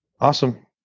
Awesome